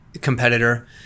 competitor